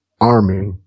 army